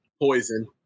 Poison